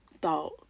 thought